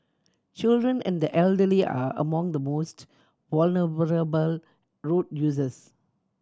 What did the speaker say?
children and the elderly are among the most road users